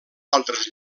altres